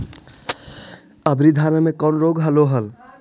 अबरि धाना मे कौन रोग हलो हल?